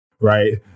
Right